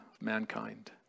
mankind